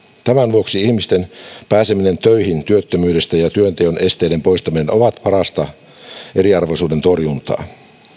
vuoksi ihmisten pääseminen töihin työttömyydestä ja työnteon esteiden poistaminen ovat parasta eriarvoisuuden torjuntaa